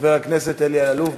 חבר הכנסת אלי אלאלוף.